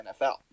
NFL